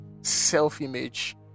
self-image